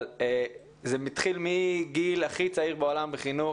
אבל זה מתחיל מגיל הכי הצעיר בעולם בחינוך,